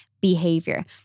behavior